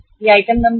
यह item number है